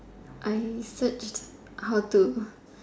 I searched how to